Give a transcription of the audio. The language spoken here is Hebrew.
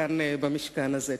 כאן במשכן הזה.